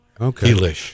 Okay